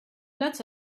lot